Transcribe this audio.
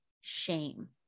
shame